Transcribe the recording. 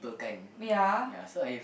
ya